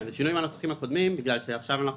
זה שינוי מן הנוסחים הקודמים בגלל שעכשיו אנחנו